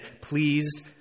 pleased